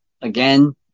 Again